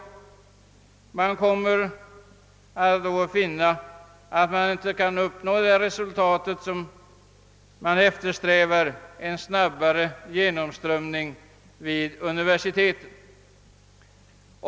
Man kommer då att finna att man inte kan uppnå det resultat som eftersträvas: en snabbare genomströmning vid universiteten.